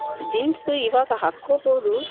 jeans ಇವಾಗ ಹಾಕ್ಕೋಬೋದು